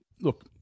Look